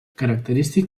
característic